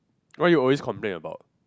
what you always complain about